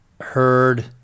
heard